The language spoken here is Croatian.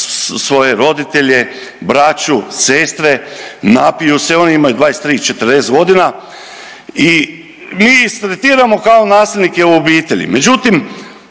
svoje roditelje, braću, sestre, napiju su, oni imaju 23, 40 godina i mi ih tretiramo kao nasilnike u obitelji.